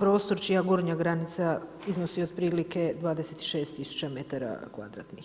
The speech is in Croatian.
prostor čija gornja granica iznosi otprilike 26 000 metara kvadratnih.